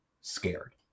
scared